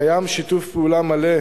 קיים שיתוף פעולה מלא,